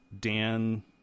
Dan